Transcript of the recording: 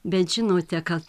bet žinote ka